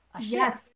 Yes